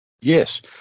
Yes